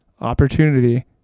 opportunity